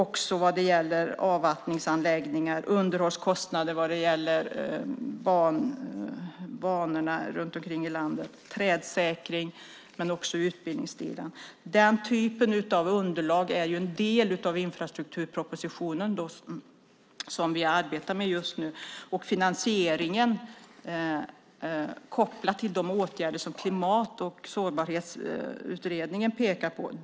Det handlar också om avvattningsanläggningar, underhållskostnader vad gäller banorna runt omkring i landet, trädsäkring men också utbildning. Den typen av underlag är en del av infrastrukturpropositionen som vi arbetar med just nu med finansieringen kopplad till de åtgärder som Klimat och sårbarhetsutredningen pekar på.